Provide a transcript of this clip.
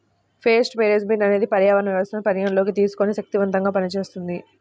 paste management అనేది పర్యావరణ వ్యవస్థను పరిగణలోకి తీసుకొని శక్తిమంతంగా పనిచేస్తుంది